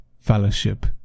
fellowship